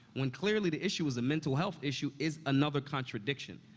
when clearly, the issue is a mental-health issue, is another contradiction.